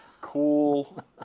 cool